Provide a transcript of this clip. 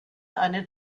eine